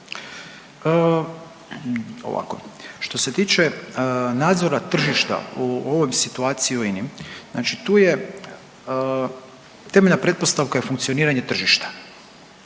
Ovako, što se tiče nadzora tržišta u ovoj situaciji u INI znači tu je temeljna pretpostavka je funkcioniranje tržišta.